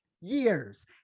years